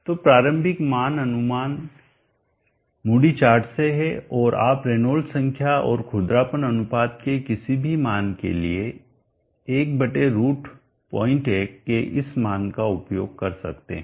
तो प्रारंभिक मान अनुमान मूडी चार्ट से है और आप रेनॉल्ड्स संख्या और खुरदरापन अनुपात के किसी भी मान के लिए 1√01 के इस मान का उपयोग कर सकते हैं